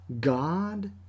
God